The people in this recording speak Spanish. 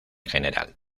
general